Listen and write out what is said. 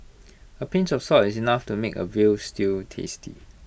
A pinch of salt is enough to make A Veal Stew tasty